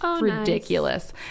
ridiculous